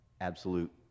absolute